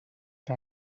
tant